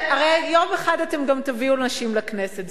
הרי יום אחד גם אתם תביאו נשים לכנסת.